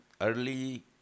Early